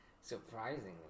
Surprisingly